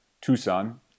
Tucson